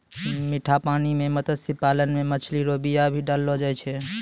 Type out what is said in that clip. मीठा पानी मे मत्स्य पालन मे मछली रो बीया भी डाललो जाय छै